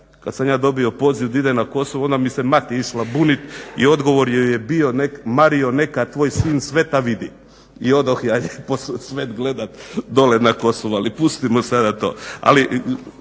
Kada sam ja dobio poziv da idem na Kosovo onda mi se mati išla buniti i odgovor joj je bio Marijo neka tvoj sin sveta vidi i odoh ja poslije svet gledat dole na Kosovo, ali pustimo sada to. Što